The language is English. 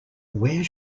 where